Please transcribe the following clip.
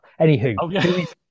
Anywho